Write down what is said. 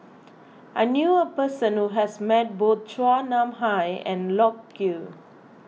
I knew a person who has met both Chua Nam Hai and Loke Yew